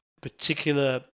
particular